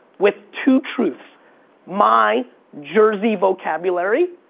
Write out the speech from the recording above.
with two truths my jersey vocabulary,